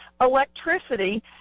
electricity